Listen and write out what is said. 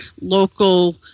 local